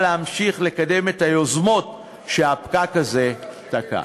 להמשיך לקדם את היוזמות שהפקק הזה תקע.